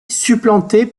supplantée